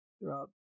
throughout